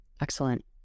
Excellent